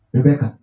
Rebecca